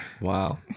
Wow